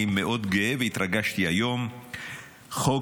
אני מאוד גאה והתרגשתי היום, חוק